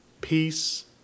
peace